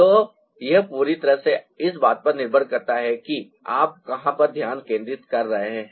तो यह पूरी तरह से इस बात पर निर्भर करता है कि आप कहां पर ध्यान केंद्रित कर रहे हैं